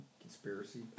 Conspiracy